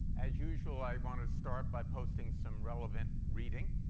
as usual, i want to start by posting some relevant reading.